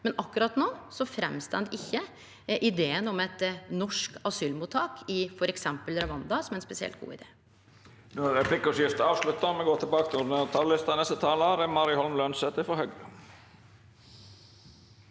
men akkurat no framstår ikkje ideen om eit norsk asylmottak i f.eks. Rwanda som ein spesielt god idé.